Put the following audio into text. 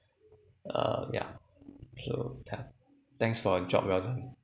uh yeah so yeah thanks for job well done